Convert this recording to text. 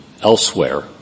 elsewhere